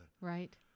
Right